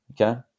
Okay